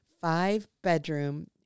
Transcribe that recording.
five-bedroom